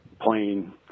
plane